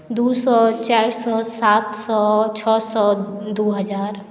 दू सए चारि सए सात सए छओ सए दू हजार